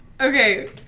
Okay